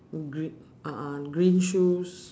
gre~ a'ah green shoes